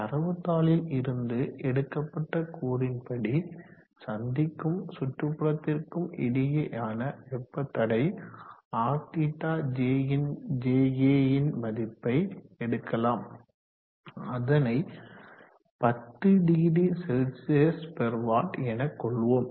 தரவுதாளில் இருந்து எடுக்கப்பட்ட கூறின் படி சந்திக்கும் சுற்றுப்புறத்திற்கும் இடையேயான வெப்ப தடை RθJA ன் மதிப்பை எடுக்கலாம் அதனை 100CW எனக்கொள்வோம்